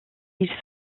ils